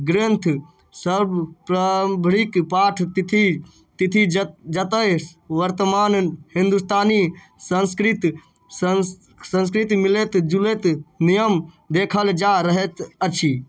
ग्रन्थसब प्रारम्भिक पाठ तिथि तिथि जतऽ वर्तमान हिन्दुस्तानी संस्कृत संस्कृत मिलैत जुलैत नियम देखल जा रहैत अछि